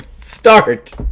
Start